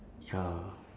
ya